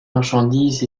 marchandises